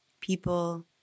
People